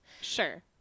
Sure